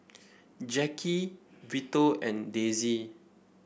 Jacki Vito and Dezzie